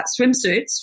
swimsuits